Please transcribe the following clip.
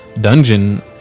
dungeon